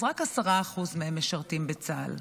רק 10% מהם משרתים בצה"ל.